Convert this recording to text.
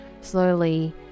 slowly